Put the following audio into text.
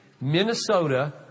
Minnesota